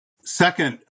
Second